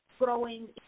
Growing